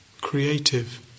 creative